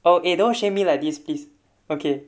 oh eh don't shame me like this please okay